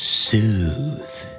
soothe